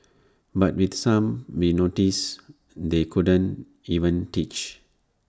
but with some we noticed they couldn't even teach